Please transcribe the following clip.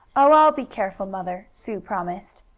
i'll be careful, mother, sue promised,